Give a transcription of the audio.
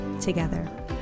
together